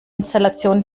installation